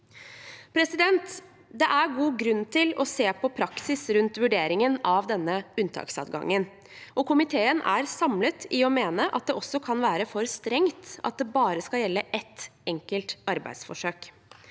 Det er god grunn til å se på praksis rundt vurderingen av denne unntaksadgangen. Komiteen er samlet i å mene at det også kan være for strengt at det bare skal gjelde ett enkelt arbeidsforsøk.